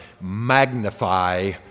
magnify